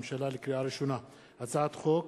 לקריאה ראשונה מטעם הממשלה: הצעת חוק